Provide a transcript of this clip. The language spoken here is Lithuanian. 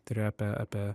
tai yra apie apie